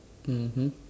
mmhmm